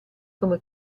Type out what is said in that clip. come